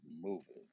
moving